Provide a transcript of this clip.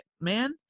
man